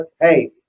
hey